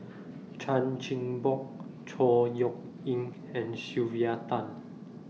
Chan Chin Bock Chor Yeok Eng and Sylvia Tan